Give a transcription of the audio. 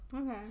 Okay